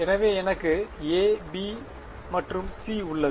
எனவே எனக்கு a b மற்றும் c உள்ளது